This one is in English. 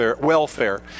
welfare